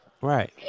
Right